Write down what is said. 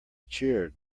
cheered